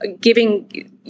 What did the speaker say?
giving